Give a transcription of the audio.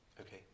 Okay